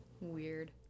Weird